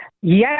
Yes